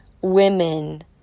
women